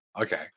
Okay